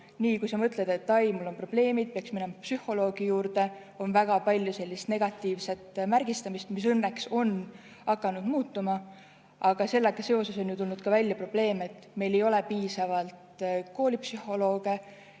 Niipea kui sa mõtled, et ai, mul on probleemid, peaks minema psühholoogi juurde, on väga palju sellist negatiivset märgistamist, mis [nüüd] õnneks on hakanud muutuma. Aga sellega seoses on tulnud välja probleem, et meil ei ole piisavalt koolipsühholooge